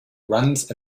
runs